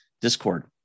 discord